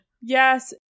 yes